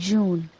June